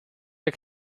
der